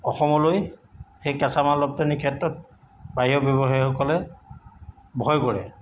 অসমলৈ সেই কেঁচা মাল ৰপ্তানি ক্ষেত্ৰত বাহিৰৰ ব্যৱসায়ীসকলে ভয় কৰে